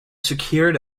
secured